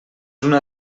una